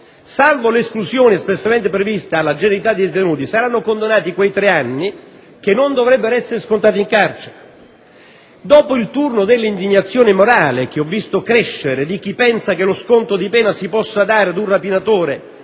salva l'esclusione espressamente prevista alla generalità dei detenuti, saranno condonati quei tre anni che non dovrebbero essere scontati in carcere. Dopo il turno dell'indignazione morale, che ho visto crescere, di chi pensa che lo sconto di pena si possa dare ad un rapinatore